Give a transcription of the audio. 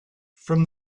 from